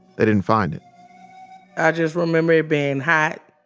they didn't find it i just remember it being hot,